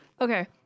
okay